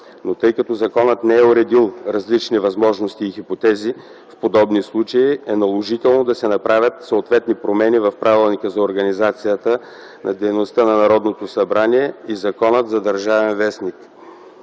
Но тъй като законът не е уредил различни възможности и хипотези в подобни случаи, е наложително да се направят съответни промени в Правилника за организацията и дейността на Народното събрание и Закона за „Държавен вестник”.